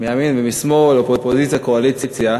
מימין ומשמאל, אופוזיציה קואליציה.